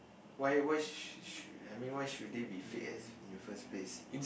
why why sh~ sh~ I mean why should they be fake as in the first place